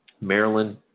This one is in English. Maryland